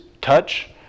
touch